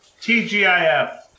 Tgif